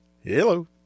hello